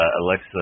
Alexa